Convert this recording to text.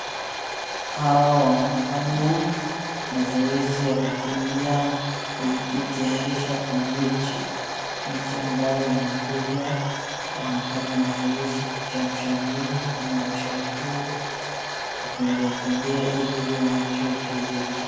Hawa wanafanya mazoezi ya kukimbia wajitayarisha kwa mechi. mechi ambayo inakuja. Wanafanya mazoezi kuchemsha mwili, kunyoosha mguu, kukimbia kimbia ili mechi wacheze vizuri.